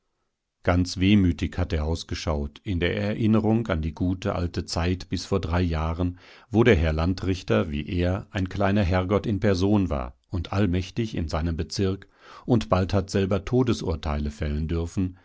ganz wehmütig hat er ausgeschaut in der erinnerung an die gute alte zeit bis vor drei jahren wo der herr landrichter wie er ein kleiner herrgott in person war und allmächtig in seinem bezirk und bald hat selber todesurteile fällen dürfen